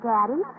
Daddy